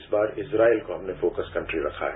इस बार इस्राइल को हमने फोकस कंट्री रखा है